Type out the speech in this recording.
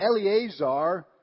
Eleazar